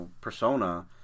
persona